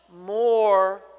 more